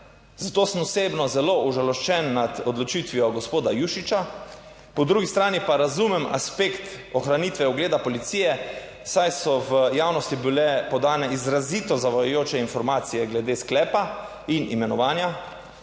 Zato sem osebno zelo užaloščen nad odločitvijo gospoda Jušića, po drugi strani pa razumem aspekt ohranitve ugleda policije, saj so v javnosti bile podane izrazito zavajajoče informacije glede sklepa in imenovanja.